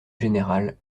général